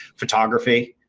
photography,